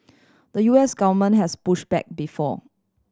the U S government has push back before